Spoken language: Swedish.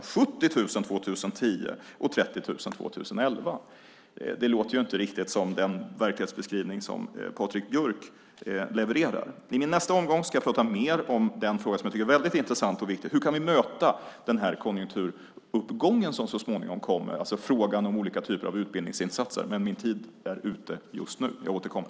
Det är 70 000 år 2010 och 30 000 år 2011. Det låter inte riktigt som den verklighetsbeskrivning som Patrik Björck levererar. I min nästa omgång ska jag prata mer om den fråga som jag tycker är väldigt intressant och viktig. Hur kan vi möta den konjunkturuppgång som så småningom kommer? Det gäller alltså frågan om olika typer av utbildningsinsatser. Men min talartid är ute just nu. Jag återkommer.